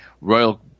Royal